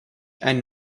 and